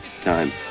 time